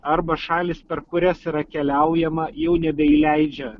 arba šalys per kurias yra keliaujama jau nebeįleidžia